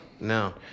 No